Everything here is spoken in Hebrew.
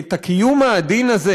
ואת הקיום העדין הזה